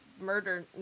murder